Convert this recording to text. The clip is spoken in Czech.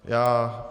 Já